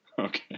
okay